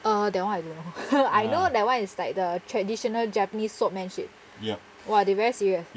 uh that [one] I don't know I know that [one] is like the traditional japanese soap man ship !wah! they very serious